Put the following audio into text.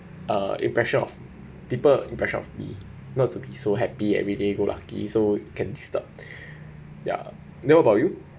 uh impression of people impression of me not to be so happy every day go lucky so can disturb ya know about you